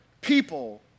people